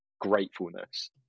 gratefulness